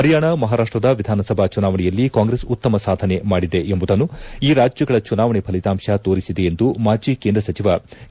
ಪರಿಯಾಣ ಮಹಾರಾಷ್ಟದ ವಿಧಾನಸಭಾ ಚುನಾವಣೆಯಲ್ಲಿ ಕಾಂಗ್ರೆಸ್ ಉತ್ತಮ ಸಾಧನೆ ಮಾಡಿದೆ ಎಂಬುದನ್ನು ಈ ರಾಜ್ಯಗಳ ಚುನಾವಣೆ ಫಲಿತಾಂಶ ತೋರಿಸಿದೆ ಎಂದು ಮಾಜಿ ಕೇಂದ್ರ ಸಚಿವ ಕೆ